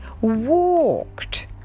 walked